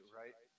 right